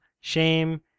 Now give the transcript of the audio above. shame